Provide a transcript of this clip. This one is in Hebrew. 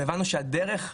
הבנו שהדרך,